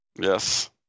Yes